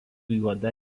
juoda